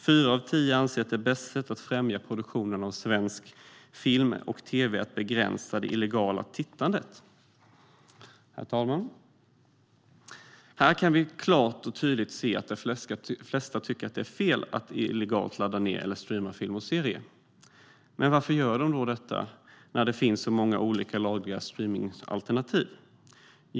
Fyra av tio anser att det bästa sättet att främja produktionen av svensk film och tv är att begränsa det illegala tittandet. Herr talman! Här kan vi klart och tydligt se att de flesta tycker att det är fel att illegalt ladda ned eller streama filmer och serier. Men varför gör de då det när det finns så många olika lagliga streamingsalternativ?